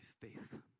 faith